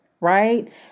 right